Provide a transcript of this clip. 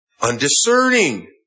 undiscerning